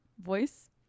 voice